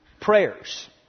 prayers